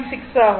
6 ஆகும்